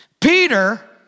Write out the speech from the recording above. Peter